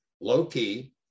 low-key